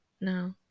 no